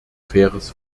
faires